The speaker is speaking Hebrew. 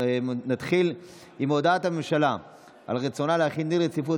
נתחיל עם הודעת הממשלה על רצונה להחיל דין רציפות